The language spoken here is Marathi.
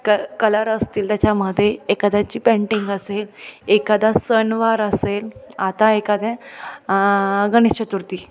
क कलर असतील त्याच्यामध्ये एखाद्याची पेंटिंग असेल एखादा सणवार असेल आता एखाद्या गणेशचतुर्थी